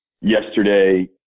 yesterday